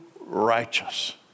righteous